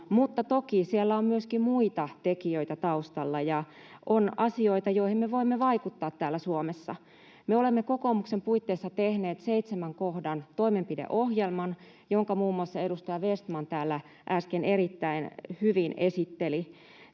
Mutta toki siellä on myöskin muita tekijöitä taustalla, ja on asioita, joihin me voimme vaikuttaa täällä Suomessa. Me olemme kokoomuksen puitteissa tehneet seitsemän kohdan toimenpideohjelman, jonka muun muassa edustaja Vestman täällä äsken erittäin hyvin esitteli.